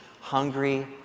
hungry